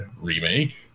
remake